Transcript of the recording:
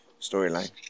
storyline